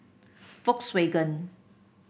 Volkswagen